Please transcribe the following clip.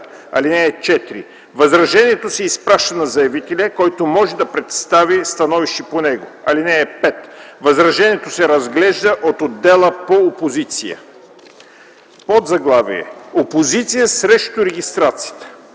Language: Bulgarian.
(4) Възражението се изпраща на заявителя, който може да представи становище по него. (5) Възражението се разглежда от отдела по опозиция. Опозиция срещу регистрацията